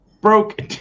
Broke